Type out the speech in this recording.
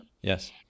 Yes